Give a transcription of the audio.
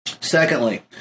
Secondly